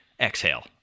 Exhale